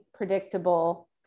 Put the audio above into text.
predictable